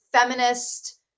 feminist